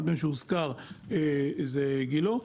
אחד מהם שהוזכר כאן זה גילה.